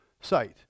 site